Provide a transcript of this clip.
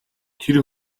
тэр